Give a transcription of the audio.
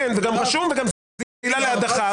זה גם רשום וזו גם עילה להדחה.